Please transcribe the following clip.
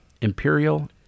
Imperial